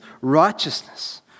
righteousness